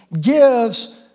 gives